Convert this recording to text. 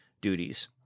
duties